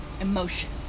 emotion